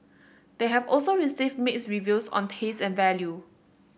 they have also received mixed reviews on taste and value